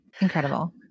Incredible